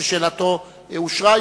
ששאלתו אושרה,